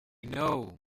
know